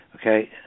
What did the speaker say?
Okay